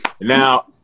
Now